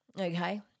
okay